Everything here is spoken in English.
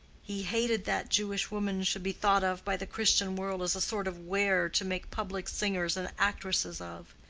he hated that jewish women should be thought of by the christian world as a sort of ware to make public singers and actresses of.